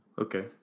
Okay